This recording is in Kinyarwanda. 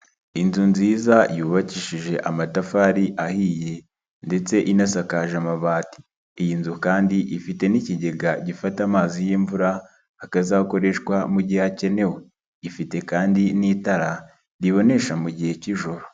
Inzu nziza yubakishije amatafari ahiye ndetse inasakaje amabati, iyi nzu kandi ifite n'ikigega gifata amazi y'imvura, akazakoreshwa mu gihe hakenewe, ifite kandi n'itara ribonesha mu gihe cy'ijoro.